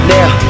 Now